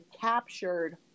captured